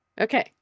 okay